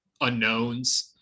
unknowns